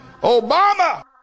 Obama